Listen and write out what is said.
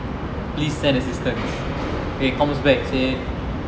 please send assistance he comes back say